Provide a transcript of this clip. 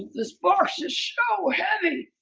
this box is sooo heavy!